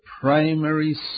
primary